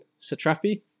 satrapi